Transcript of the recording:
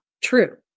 true